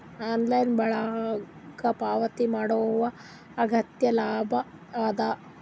Online ಒಳಗ ಪಾವತಿ ಮಾಡುದು ಹ್ಯಾಂಗ ಲಾಭ ಆದ?